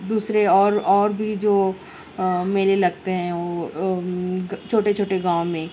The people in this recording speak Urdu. دوسرے اور اور بھی جو میلے لگتے ہیں وہ چھوٹے چھوٹے گاؤں میں